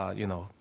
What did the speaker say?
ah you know,